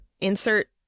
Insert